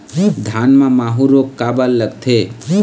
धान म माहू रोग काबर लगथे?